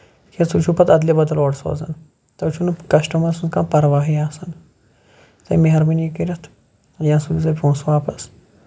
تِکیازِ تُہۍ چھِو پَتہٕ اَدلہٕ بدل اورٕ سوزان تۄہہِ چھُو نہٕ کَسٹمَر سُند کانہہ پَرواہٕے آسان وۄنۍ مہربٲنی کٔرِتھ یا سوٗزیو پونسہٕ واپَس